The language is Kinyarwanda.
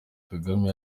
kagame